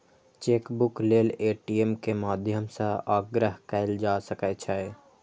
chequebook लेल ATM के माध्यम सं आग्रह कैल जा सकै छै